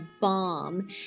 bomb